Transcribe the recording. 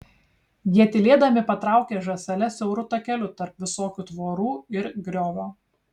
jie tylėdami patraukė žąsele siauru takeliu tarp visokių tvorų ir griovio